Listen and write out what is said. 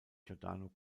giordano